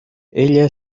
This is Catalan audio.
ella